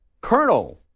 Colonel